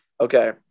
Okay